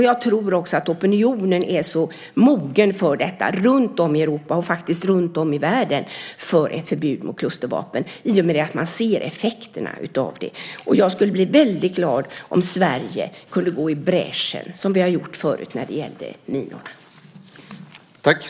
Jag tror också att opinionen är mogen, runtom i Europa och runtom i världen, för ett förbud mot klustervapen i och med att man ser effekterna av dem. Jag skulle bli väldigt glad om Sverige kunde gå i bräschen, som vi har gjort förut när det gällde minorna.